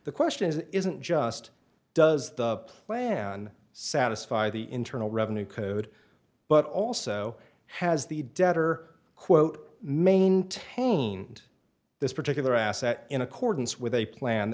the question is isn't just does the plan satisfy the internal revenue code but also has the debtor quote maintained this particular asset in accordance with a plan